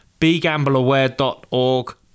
BeGambleAware.org